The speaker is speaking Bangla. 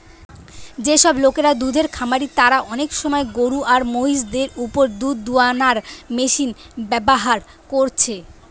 যেসব লোকরা দুধের খামারি তারা অনেক সময় গরু আর মহিষ দের উপর দুধ দুয়ানার মেশিন ব্যাভার কোরছে